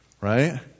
right